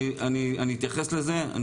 אני אתייחס לזה.